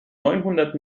neunhundert